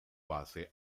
base